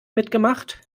mitgemacht